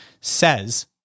says